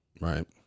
Right